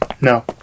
No